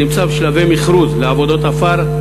הנמצא בשלבי מכרוז לעבודות עפר.